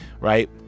right